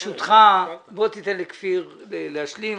ברשותך, בוא תיתן לכפיר להשלים.